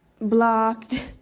Blocked